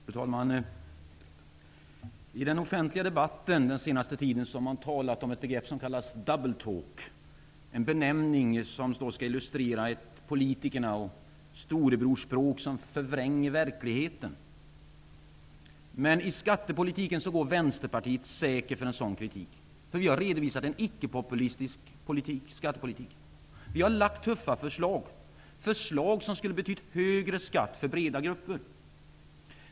Fru talman! I den offentliga debatten har man den senaste tiden talat om ett begrepp som kallas double talk. Det är en benämning som skall illustrera ett politikernas och storebrors språk som förvränger verkligheten. Men i skattepolitiken går Vänsterpartiet säker för en sådan kritik. Vi har redovisat en icke-populistisk skattepolitik. Vi har lagt fram tuffa förslag. Det är förslag som skulle ha betytt högre skatt för breda grupper.